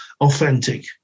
authentic